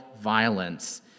violence